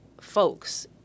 folks